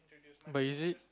but is it